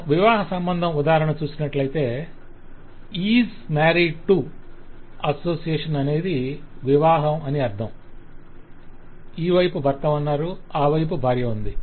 మనం వివాహ సంబంధం ఉదాహరణ చూసినట్లైతే ఈ 'is married to' అసోసియేషన్ అనేది వివాహం అని అర్ధం ఈ వైపు భర్త ఉన్నారు ఈ వైపు భార్య ఉంది